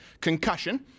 concussion